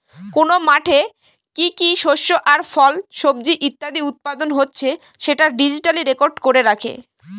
কোন মাঠে কি কি শস্য আর ফল, সবজি ইত্যাদি উৎপাদন হচ্ছে সেটা ডিজিটালি রেকর্ড করে রাখে